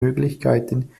möglichkeiten